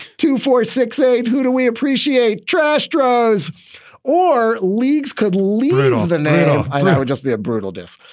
two, four, six. eight. who do we appreciate? trash drugs or leagues could leave it all that now i know would just be a brutal death.